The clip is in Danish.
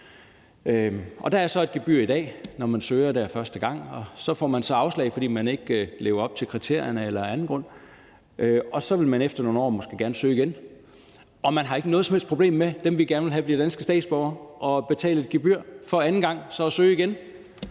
der er så et gebyr i dag, når man søger der første gang, og så får man så afslag, fordi man ikke lever op til kriterierne eller af anden grund, og så vil man efter nogle år måske gerne søge igen. Og dem, vi gerne vil have bliver danske statsborgere, har ikke noget som helst problem med at betale et gebyr for anden gang; for at søge igen.